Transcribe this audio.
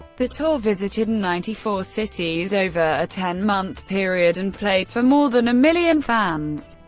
the tour visited and ninety four cities over a ten month period and played for more than a million fans.